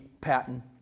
Patton